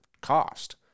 cost